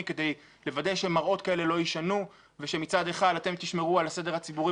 כדי לוודא שמראות כאלה לא יישנו ושמצד אחד אתם תשמרו על הסדר הציבורי